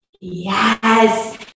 Yes